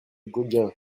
gauguin